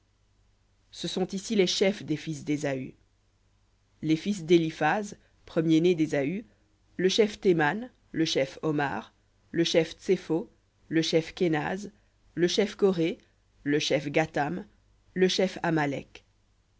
ce sont ici les chefs des fils d'ésaü les fils d'éliphaz premier-né d'ésaü le chef théman le chef omar le chef tsepho le chef kenaz le chef coré le chef gahtam le chef amalek